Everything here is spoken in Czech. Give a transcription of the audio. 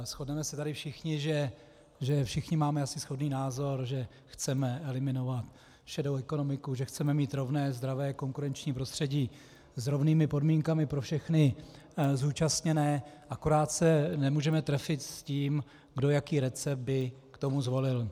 Shodneme se tady, že všichni máme asi stejný názor, že chceme eliminovat šedou ekonomiku, že chceme mít rovné, zdravé konkurenční prostředí s rovnými podmínkami pro všechny zúčastněné, akorát se nemůžeme trefit s tím, kdo jaký recept by k tomu zvolil.